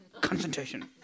concentration